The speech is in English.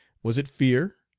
was it fear?